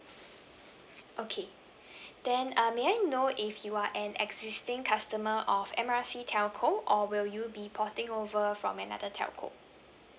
okay then uh may I know if you are an existing customer of M R C telco or will you be porting over from another telco